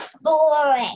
Boring